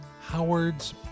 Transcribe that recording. Howard's